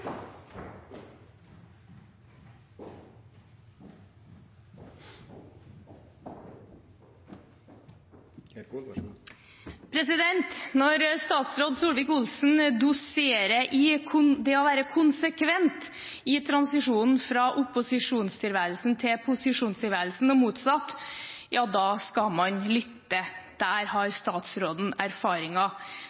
doserer om det å være konsekvent i transisjonen fra opposisjonstilværelse til posisjonstilværelse og motsatt, skal man lytte. Der har